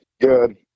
Good